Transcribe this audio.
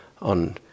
on